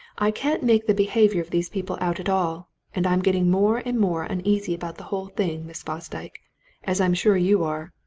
i can't make the behaviour of these people out at all and i'm getting more and more uneasy about the whole thing, miss fosdyke as i'm sure you are.